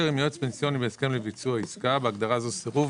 עם יועץ פנסיוני בהסכם לביצוע עסקה (בהגדרה זו - סירוב),